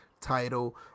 title